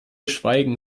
schweigen